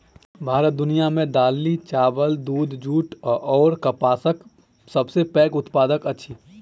भारत दुनिया मे दालि, चाबल, दूध, जूट अऔर कपासक सबसे पैघ उत्पादक अछि